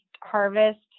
harvest